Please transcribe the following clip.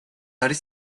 არის